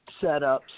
setups